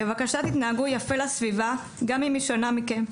בבקשה, תתנהגו יפה לסביבה, גם אם היא שונה מכם.